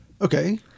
Okay